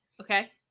okay